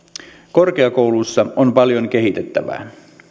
korkeakouluissa on paljon kehitettävää